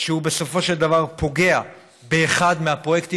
שהוא בסופו של דבר פוגע באחד מהפרויקטים